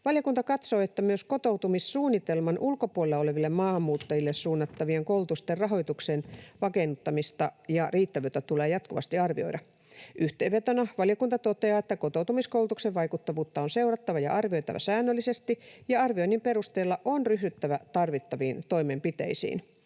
Valiokunta katsoo, että myös kotoutumissuunnitelman ulkopuolella oleville maahanmuuttajille suunnattavien koulutusten rahoituksen vakiinnuttamista ja riittävyyttä tulee jatkuvasti arvioida. Yhteenvetona valiokunta toteaa, että kotoutumiskoulutuksen vaikuttavuutta on seurattava ja arvioitava säännöllisesti ja arvioinnin perusteella on ryhdyttävä tarvittaviin toimenpiteisiin.